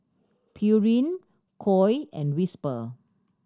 Pureen Koi and Whisper